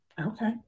okay